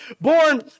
born